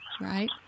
right